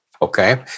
Okay